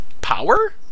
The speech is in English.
power